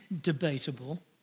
debatable